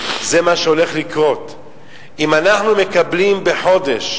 זה מה שהולך לקרות אם אנחנו מקבלים בחודש